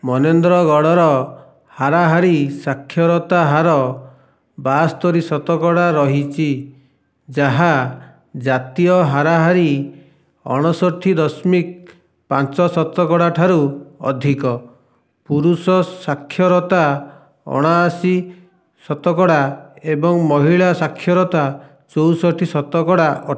ମନେନ୍ଦ୍ରଗଡର ହାରାହାରି ସାକ୍ଷରତା ହାର ବାସ୍ତରି ଶତକଡା ରହିଛି ଯାହା ଜାତୀୟ ହାରାହାରି ଅଣଷଠି ଦଶମିକ ପାଞ୍ଚ ଶତକଡା ଠାରୁ ଅଧିକ ପୁରୁଷ ସାକ୍ଷରତା ଅଣାଅଶି ଶତକଡା ଏବଂ ମହିଳା ସାକ୍ଷରତା ଚଉଷଠି ଶତକଡା ଅଟେ